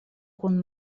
kun